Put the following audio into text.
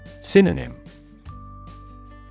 Synonym